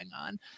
on